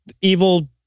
evil